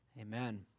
Amen